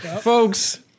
folks